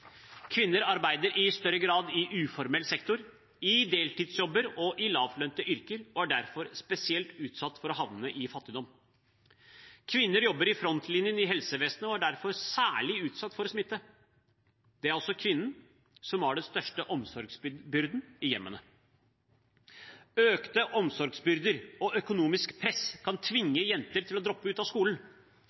Kvinner arbeider i større grad i uformell sektor, i deltidsjobber og i lavtlønte yrker og er derfor spesielt utsatt for å havne i fattigdom. Kvinner jobber i frontlinjen i helsevesenet og er derfor særlig utsatt for smitte. Det er også kvinnene som har den største omsorgsbyrden i hjemmene. Økte omsorgsbyrder og økonomisk press kan tvinge jenter til å droppe ut av skolen